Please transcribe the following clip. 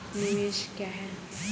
निवेश क्या है?